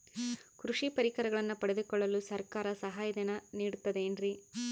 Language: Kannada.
ಕೃಷಿ ಪರಿಕರಗಳನ್ನು ಪಡೆದುಕೊಳ್ಳಲು ಸರ್ಕಾರ ಸಹಾಯಧನ ನೇಡುತ್ತದೆ ಏನ್ರಿ?